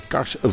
Kars